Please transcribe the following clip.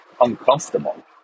uncomfortable